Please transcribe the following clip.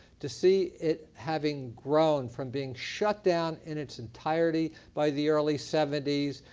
to see it having grown from being shut down in its entirety by the early seventy s,